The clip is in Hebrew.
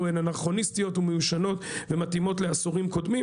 הן אנכרוניסטיות ומיושנות ומתאימות לעשורים קודמים?